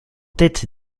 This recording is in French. tête